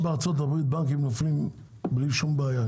בארצות הברית בנקים נופלים בלי שום בעיה?